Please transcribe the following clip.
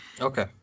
Okay